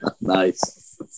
Nice